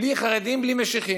בלי חרדים, בלי משיחיים.